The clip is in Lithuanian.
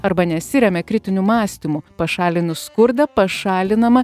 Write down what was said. arba nesiremia kritiniu mąstymu pašalinus skurdą pašalinama